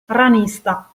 ranista